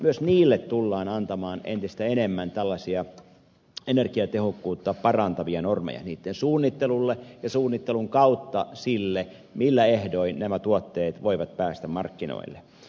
myös niille tullaan antamaan entistä enemmän tällaisia energiatehokkuutta parantavia normeja niitten suunnittelulle ja suunnittelun kautta sille millä ehdoin nämä tuotteet voivat päästä markkinoille